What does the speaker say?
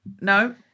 no